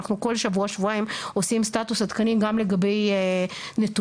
אנחנו כל שבוע-שבועיים עושים סטטוס עדכני גם לגבי נתונים,